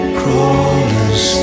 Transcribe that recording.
crawlers